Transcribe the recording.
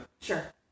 Sure